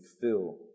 fill